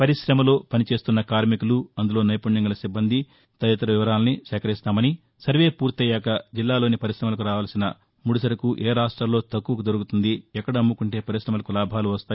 పరిశమలో పనిచేస్తున్న కార్మికులు అందులో నైపుణ్యం గల సిబ్బంది తదితర వివరాలన్నీ సేకరిస్తామని సర్వే ఫూర్తయ్యాక జిల్లాలోని పర్కాశమలకు కావాల్సిన ముడిసరుకు ఏ రాష్టాల్లో తక్కువకు దొరుకుతుంది ఎక్కడ అమ్ముకుంటే పరిశమలకు లాభాలు వస్తాయి